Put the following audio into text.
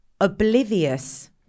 Oblivious